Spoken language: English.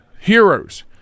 heroes